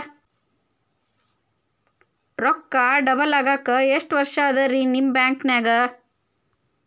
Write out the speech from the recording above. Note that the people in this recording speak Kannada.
ರೊಕ್ಕ ಡಬಲ್ ಆಗಾಕ ಎಷ್ಟ ವರ್ಷಾ ಅದ ರಿ ನಿಮ್ಮ ಬ್ಯಾಂಕಿನ್ಯಾಗ?